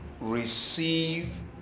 receive